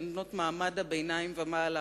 שהן בנות מעמד הביניים ומעלה,